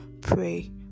pray